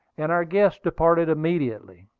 and our guests departed immediately.